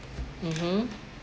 mmhmm